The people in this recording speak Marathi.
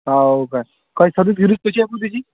हो काय काय सर्विस गिर्विस कशी आहे भाऊ त्याची